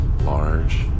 large